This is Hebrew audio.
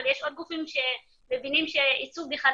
אבל יש עוד גופים שמבינים שעיצוב בכלל,